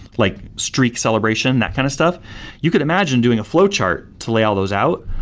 like streak celebration, that kind of stuff you could imagine doing a flowchart to lay all those out,